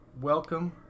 welcome